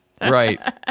Right